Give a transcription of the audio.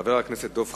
חבר הכנסת דב חנין,